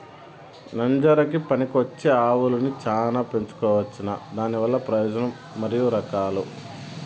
నంజరకి పనికివచ్చే ఆవులని చానా పెంచుకోవచ్చునా? దానివల్ల ప్రయోజనం మరియు రకాలు?